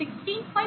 5 થી 16